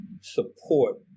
support